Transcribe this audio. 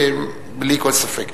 בלי ספק.